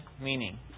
meaning